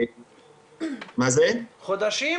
חודשים?